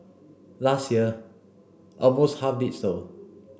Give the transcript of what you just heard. last year almost half did so